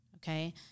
Okay